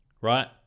right